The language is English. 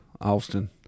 austin